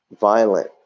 violent